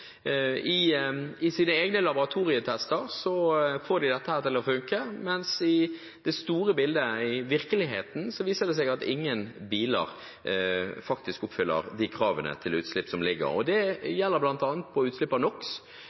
krav. I sine egne laboratorietester får de dette til å fungere, mens i det store bildet – i virkeligheten – viser det seg at ingen biler faktisk oppfyller foreliggende krav til utslipp. Det gjelder bl.a. utslipp av